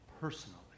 Personally